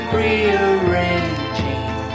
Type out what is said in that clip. rearranging